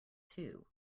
too